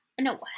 no